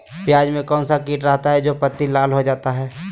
प्याज में कौन सा किट रहता है? जो पत्ती लाल हो जाता हैं